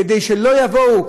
כדי שלא יבואו,